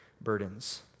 burdens